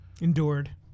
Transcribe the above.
Endured